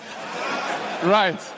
right